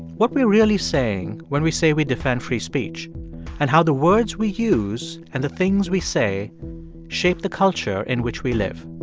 what we're really saying when we say we defend free speech and how the words we use and the things we say shape the culture in which we live